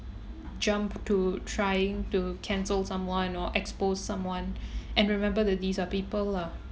jump to trying to cancel someone or expose someone and remember that these are people lah